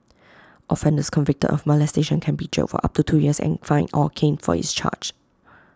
offenders convicted of molestation can be jailed for up to two years and fined or caned for each charge